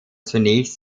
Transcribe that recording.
zunächst